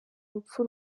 rupfu